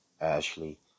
Ashley